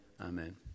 Amen